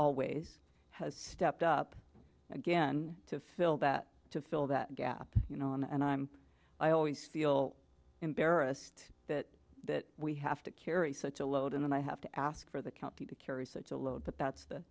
always has stepped up again to fill that to fill that gap you know and i'm i always feel embarrassed that that we have to carry such a load in and i have to ask for the county to carry such a load but that's the